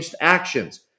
actions